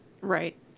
right